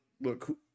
look